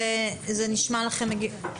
זה נשמע לכם הגיוני?